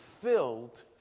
filled